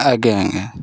ଆଜ୍ଞା ଆଜ୍ଞା